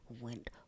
went